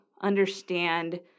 understand